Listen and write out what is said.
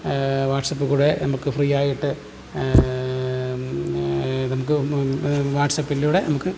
WhatsApp കൂടെ നമുക്ക് ഫ്രീയായിട്ട് നമുക്ക് വാട്സപ്പിലൂടെ നമുക്ക്